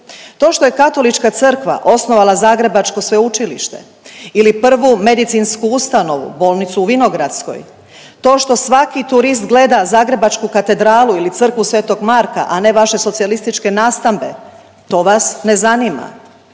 To što je katolička crkva osnovala zagrebačko sveučilište ili prvu medicinsku ustanovu, bolnicu u Vinogradskoj, to što svaki turist gleda zagrebačku katedralu ili crkvu sv. Marka, a ne vaše socijalističke nastambe to vas ne zanima.